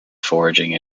foraging